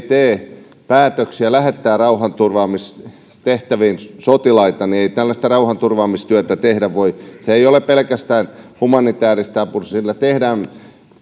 tee päätöksiä lähettää rauhanturvaamistehtäviin sotilaita niin ei tällaista rauhanturvaamistyötä voi tehdä se ei ole pelkästään humanitääristä apua sillä tehdään myös